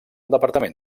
departament